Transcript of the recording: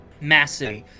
massive